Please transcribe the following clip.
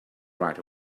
right